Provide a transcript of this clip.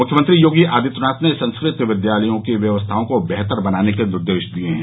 मुख्यमंत्री योगी आदित्यनाथ ने संस्कृत विद्यालयों की व्यवस्थाओं को बेहतर बनाने के निर्देश दिये हैं